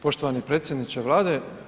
Poštovani predsjedniče Vlade.